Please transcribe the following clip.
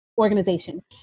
organization